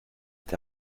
est